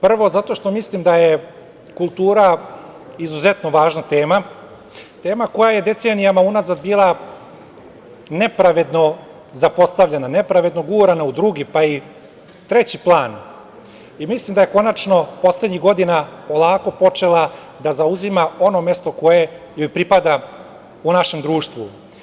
Prvo, zato što mislim da je kultura izuzetno važna tema, tema koja je decenijama unazad bila nepravedno zapostavljena, nepravedno gurana u drugi, pa i treći plan i mislim da je konačno poslednjih godina polako počela da zauzima ono mesto koje joj pripada u našem društvu.